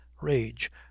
rage